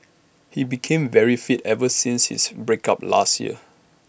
he became very fit ever since his break up last year